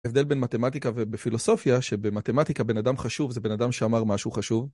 הבדל בין מתמטיקה ובין פילוסופיה, שבמתמטיקה בן אדם חשוב זה בן אדם שאמר משהו חשוב..